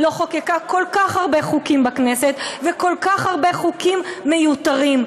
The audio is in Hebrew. לא חוקקה כל כך הרבה חוקים בכנסת וכל כך הרבה חוקים מיותרים.